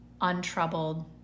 untroubled